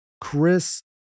Chris